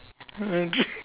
okay